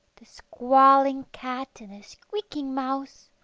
the squalling cat and the squeaking mouse,